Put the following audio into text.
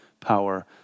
power